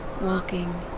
walking